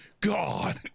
god